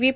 V